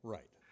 Right